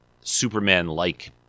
Superman-like